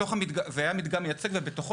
היה מדגם מייצג ובתוכו